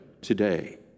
today